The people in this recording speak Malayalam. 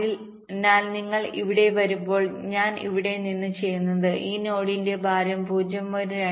അതിനാൽ നിങ്ങൾ ഇവിടെ വരുമ്പോൾ ഞാൻ ഇവിടെ നിന്ന് ചെയ്യുന്നത് ഈ നോഡിന്റെ ഭാരം 0